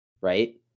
right